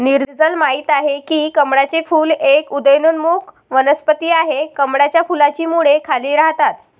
नीरजल माहित आहे की कमळाचे फूल एक उदयोन्मुख वनस्पती आहे, कमळाच्या फुलाची मुळे खाली राहतात